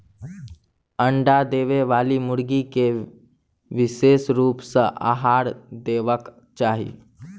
अंडा देबयबाली मुर्गी के विशेष रूप सॅ आहार देबाक चाही